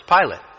Pilate